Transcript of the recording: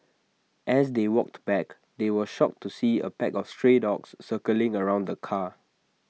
as they walked back they were shocked to see A pack of stray dogs circling around the car